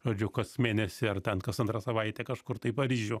žodžiu kas mėnesį ar ten kas antrą savaitę kažkur tai į paryžių